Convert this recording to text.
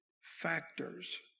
factors